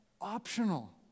optional